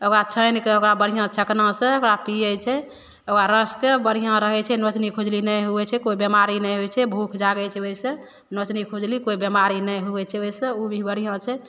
ओकरा छैन के ओकरा बढ़ियाँ छकना सँ ओकरा पियै छै ओकरा रस के बढ़ियाँ रहै छै नोचनी खुजली नै हुवै छै कोइ बेमारी नै होइ छै भुख जागै छै ओइसे नोचनी खुजली कोइ बेमारी नै हुवै छै ओइसे ऊ भी बढ़ियाँ छै